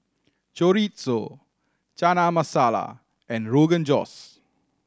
Chorizo Chana Masala and Rogan Josh